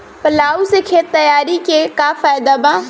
Plough से खेत तैयारी के का फायदा बा?